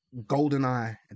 Goldeneye